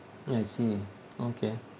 I see okay